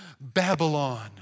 Babylon